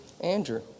Andrew